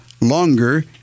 longer